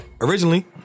Originally